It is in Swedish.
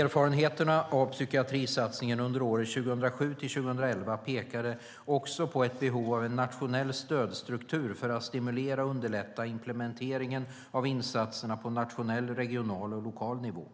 Erfarenheterna av psykiatrisatsningen under åren 2007-2011 pekade också på ett behov av en nationell stödstruktur för att stimulera och underlätta implementeringen av insatserna på nationell, regional och lokal nivå.